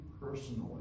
personally